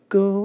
go